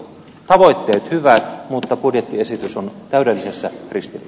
aloitteen hyvät mutta budjettiesitys on täydellisessä risti